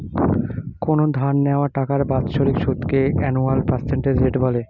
কোনো ধার নেওয়া টাকার বাৎসরিক সুদকে অ্যানুয়াল পার্সেন্টেজ রেট বলে